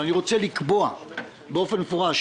אבל אני רוצה לקבוע באופן מפורש,